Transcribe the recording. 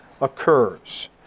occurs